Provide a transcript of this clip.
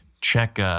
check